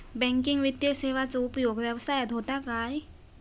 Banking वित्तीय सेवाचो उपयोग व्यवसायात होता काय?